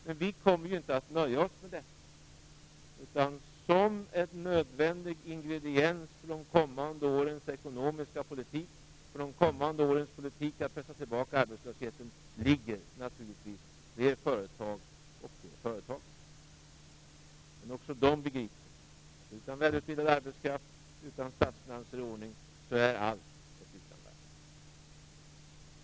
Men vi kommer inte att nöja oss med detta, utan en nödvändig ingrediens i de kommande årens ekonomiska politik och politik för att pressa tillbaka arbetslösheten är naturligtvis fler företag och fler företagare. Men också de begriper att utan välutbildad arbetskraft och utan statsfinanser i ordning är allt ett utanverk.